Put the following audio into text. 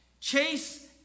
chase